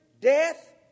death